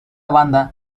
banda